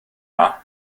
dda